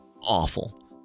awful